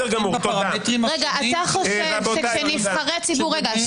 אתה חושב שכאשר לנבחרי ציבור יש